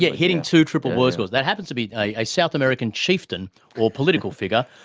yeah hitting two triple-word scores. that happens to be a south american chieftain or political figure.